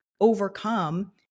overcome